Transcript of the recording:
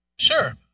Sure